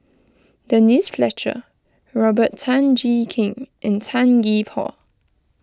Denise Fletcher Robert Tan Jee Keng and Tan Gee Paw